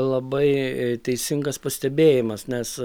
labai teisingas pastebėjimas nes